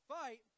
Fight